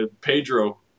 Pedro